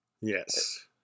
Yes